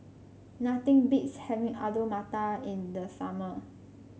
nothing beats having Alu Matar in the summer